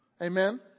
Amen